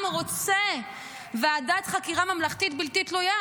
רוצה ועדת חקירה ממלכתית בלתי תלויה